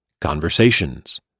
conversations